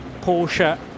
Porsche